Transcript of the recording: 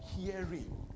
hearing